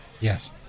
Yes